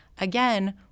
Again